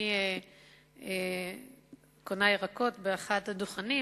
אני קונה ירקות באחד הדוכנים